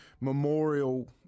Memorial